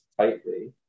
tightly